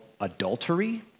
adultery